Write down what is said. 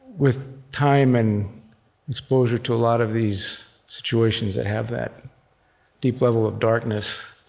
with time and exposure to a lot of these situations that have that deep level of darkness,